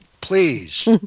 please